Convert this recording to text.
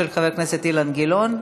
של חבר הכנסת אילן גילאון.